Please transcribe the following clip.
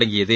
தொடங்கியது